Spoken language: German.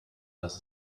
dass